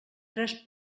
tres